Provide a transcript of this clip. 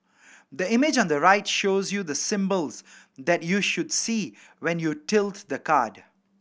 the image on the right shows you the symbols that you should see when you tilts the card